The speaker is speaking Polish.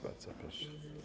Bardzo proszę.